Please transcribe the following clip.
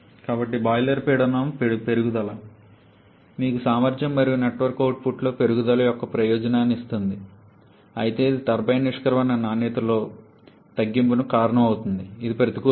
కాబట్టి బాయిలర్ పీడనం పెరుగుదల మీకు సామర్థ్యం మరియు నెట్వర్క్ అవుట్పుట్లో పెరుగుదల యొక్క ప్రయోజనాన్ని ఇస్తుంది అయితే ఇది టర్బైన్ నిష్క్రమణ నాణ్యతలో తగ్గింపుకు కారణమవుతుంది ఇది ప్రతికూలత